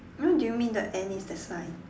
what do you mean the and is the sign